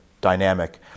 dynamic